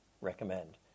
recommend